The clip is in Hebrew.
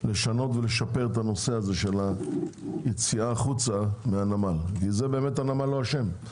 לשפר את הנושא של היציאה החוצה מהנמל כי זה הנמל לא אשם.